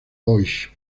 deutsche